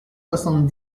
soixante